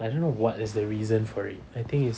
but I don't know what is the reason for it I think it's